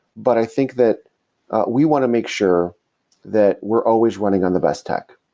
but i think that we want to make sure that we're always running on the best tech.